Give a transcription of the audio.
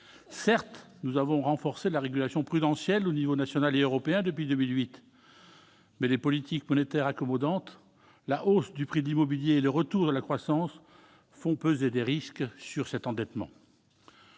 Certes, nous avons renforcé la régulation prudentielle aux niveaux national et européen depuis 2008. Mais les politiques monétaires accommodantes, la hausse des prix de l'immobilier et le retour de la croissance font peser des risques sur cet endettement.